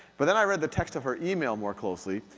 but then i read the text of her email more closely,